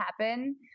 happen